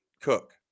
Cook